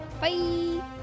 Bye